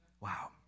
Wow